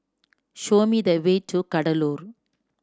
show me the way to Kadaloor